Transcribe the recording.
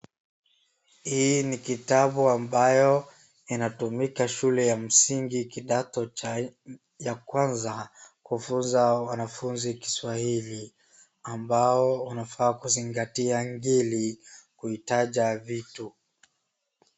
Hii ni kitabu ambayo inatumika shule ya msingi kidato cha ya kwanza kufunza wanafunzi Kiswahili. Ambao unafaa kuzingatia ngeli kuitaja vitu.